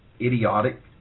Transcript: idiotic